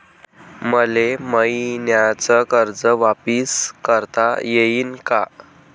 मले मईन्याचं कर्ज वापिस करता येईन का?